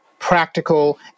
Practical